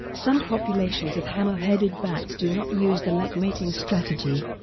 some populations of hammer-headed bats do not use the lek mating strategy.